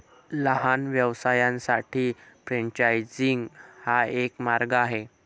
लहान व्यवसायांसाठी फ्रेंचायझिंग हा एक मार्ग आहे